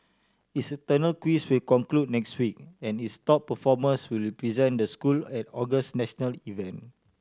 its internal quiz will conclude next week and its top performers will represent the school at August national event